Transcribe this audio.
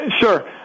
Sure